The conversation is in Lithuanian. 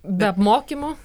be apmokymo